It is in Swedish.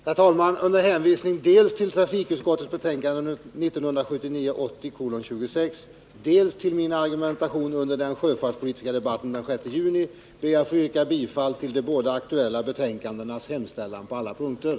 Herr talman! Under hänvisning dels till trafikutskottets betänkande 1979/80:26, dels till min argumentation under den sjöfartspolitiska debatten den 6 juni ber jag att få yrka bifall till utskottets hemställan på alla punkter i de båda aktuella betänkandena.